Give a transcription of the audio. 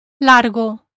largo